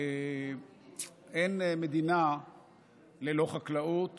אין מדינה ללא חקלאות